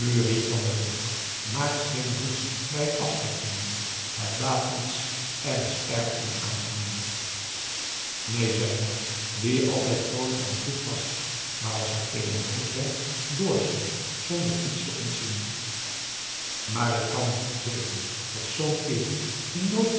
van den broek maakt geen ruzie bij het afscheid nemen het baat niets en is erg onaangenaam neen zei jorg die altijd vroolijk en goed was maar als hij eenmaal boos werd doorsloeg zonder iets te ontzien maar ik kan niet velen dat zoo'n kerel die nooit